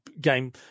game